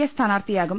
A സ്ഥാനാർത്ഥിയാകും